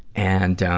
and,